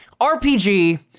RPG